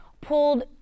pulled